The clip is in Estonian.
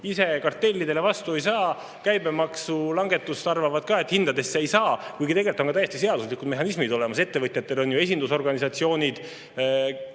ise kartellidele vastu ei saa ja käibemaksulangetuse kohta arvavad ka, et see hindadesse ei jõua, kuigi tegelikult on täiesti seaduslikud mehhanismid olemas. Ettevõtjatel on ju esindusorganisatsioonid,